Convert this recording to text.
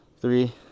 three